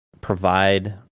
provide